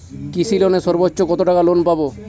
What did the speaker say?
কৃষি লোনে সর্বোচ্চ কত টাকা লোন পাবো?